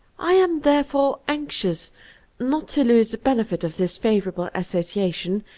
i am therefore anxious not to lose the benefit of this favorable associa tion,